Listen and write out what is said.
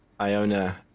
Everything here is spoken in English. Iona